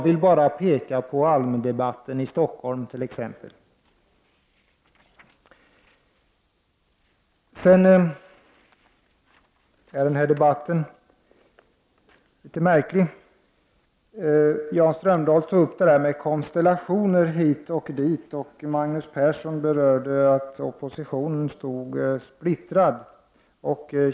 Den här debatten är litet märklig. Jan Strömdahl talade om konstellationer hit och dit, och Magnus Persson sade att oppositionen stod splittrad.